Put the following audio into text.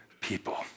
people